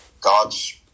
God's